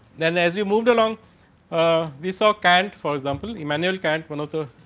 then as we moved along ah we saw cant for example. immanuel kant one of the